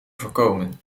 voorkomen